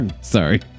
Sorry